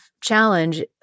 challenge